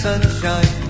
Sunshine